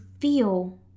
feel